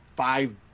five